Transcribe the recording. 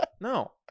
No